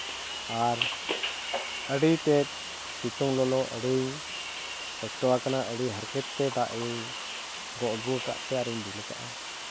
ᱟᱨ ᱟᱹᱰᱤᱛᱮᱫ ᱥᱤᱛᱩᱝ ᱞᱚᱞᱚ ᱟᱹᱰᱤᱧ ᱠᱚᱥᱴᱚ ᱟᱠᱟᱱᱟ ᱟᱹᱰᱤ ᱦᱟᱨᱠᱷᱮᱛ ᱛᱮ ᱫᱟᱜ ᱤᱧ ᱜᱚᱜ ᱟᱹᱜᱩ ᱟᱠᱟᱫᱛᱮ ᱟᱹᱨᱤᱧ ᱫᱩᱞ ᱠᱟᱜᱼᱟ